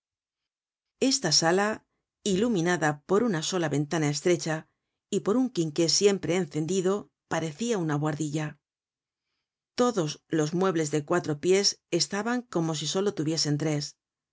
esta sala iluminada por una sola ventana estrecha y por un quinqué siempre encendido parecia una buhardilla todos los muebles de cuatro pies estaban como si solo tuviesen tres